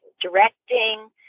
directing